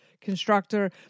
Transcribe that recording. constructor